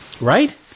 Right